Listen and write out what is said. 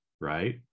right